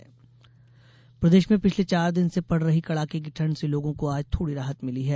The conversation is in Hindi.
मौसम प्रदेश में पिछले चार दिन से पड़ रही कड़ाके की ठंड से लोगों को आज थोड़ी राहत मिली है